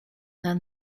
then